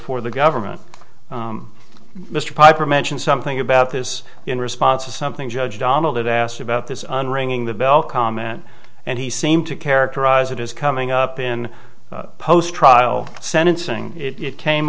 for the government mr piper mentioned something about this in response to something judge donald asked about this on ringing the bell comment and he seemed to characterize it as coming up in post trial sentencing it came